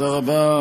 תודה רבה,